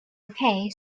okay